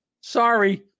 Sorry